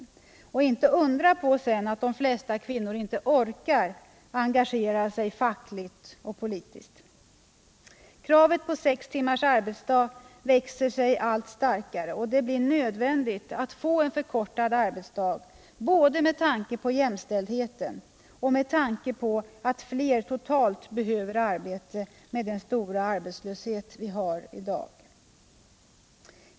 Det är inte att undra på då att de flesta kvinnor inte orkar engagera sig fackligt och politiskt. Kravet på sex timmars arbetsdag växer sig allt starkare. Det blir nödvändigt att få en förkortad arbetsdag, både med tanke på jämställdheten och med tanke på att fler totalt behöver arbete med den stora arbetslöshet vi har i dag.